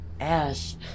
Ash